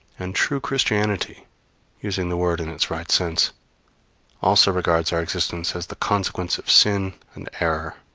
and true christianity using the word in its right sense also regards our existence as the consequence of sin and error.